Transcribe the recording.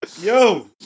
Yo